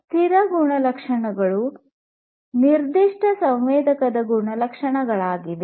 ಸ್ಥಿರ ಗುಣಲಕ್ಷಣಗಳು ನಿರ್ದಿಷ್ಟ ಸಂವೇದಕದ ಗುಣಲಕ್ಷಣಗಳಾಗಿವೆ